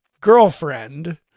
girlfriend